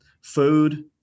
food